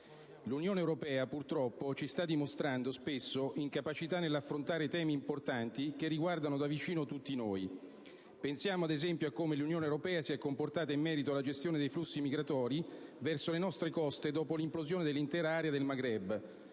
L'Unione europea, purtroppo, ci sta dimostrando spesso incapacità nell'affrontare temi importanti che riguardano da vicino tutti noi. Pensiamo, ad esempio, a come l'Unione europea si è comportata in merito alla gestione dei flussi migratori verso le nostre coste dopo l'implosione dell'intera area del Maghreb.